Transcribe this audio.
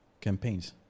Campaigns